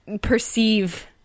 perceive